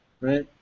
right